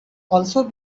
also